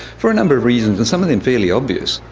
for a number of reasons, and some of them fairly obvious.